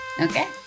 Okay